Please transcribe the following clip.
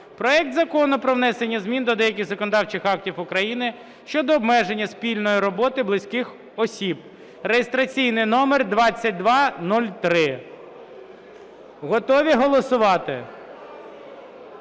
проект Закону про внесення змін до деяких законодавчих актів України щодо обмеження спільної роботи близьких осіб (реєстраційний номер 2203). Готові голосувати?